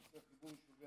חיבור יישובי